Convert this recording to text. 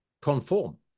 conform